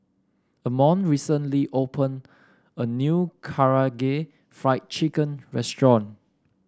Amon recently opened a new Karaage Fried Chicken Restaurant